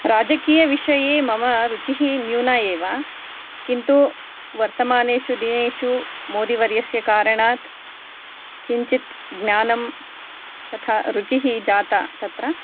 राजकीयविषये मम रुचिः न्यूना एव किन्तु वर्तमानेषु दिनेषु मोदिवर्यस्य कारणात् किञ्चित् ज्ञानं तथा रुचिः जाता तत्र